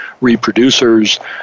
reproducers